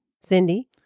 Cindy